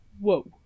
whoa